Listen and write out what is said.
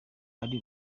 ari